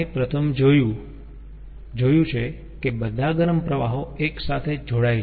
આપણે પ્રથમ જોયું છે કે બધા ગરમ પ્રવાહો એક સાથે જોડાઈ જાય છે